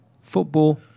Football